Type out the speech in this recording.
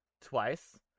twice